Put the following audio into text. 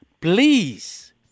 Please